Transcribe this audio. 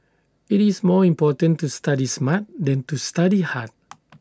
IT is more important to study smart than to study hard